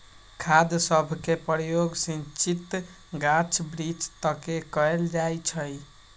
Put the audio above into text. खाद सभके प्रयोग सिंचित गाछ वृक्ष तके कएल जाइ छइ